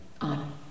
on